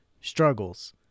struggles